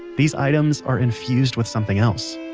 these items are infused with something else,